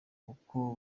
uko